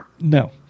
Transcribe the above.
no